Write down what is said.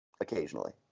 occasionally